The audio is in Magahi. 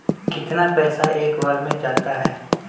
कितना पैसा एक बार में जाता है?